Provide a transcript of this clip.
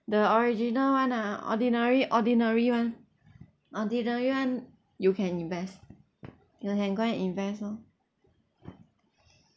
the original [one] ah ordinary ordinary [one] ordinary [one] you can invest you can go and invest lor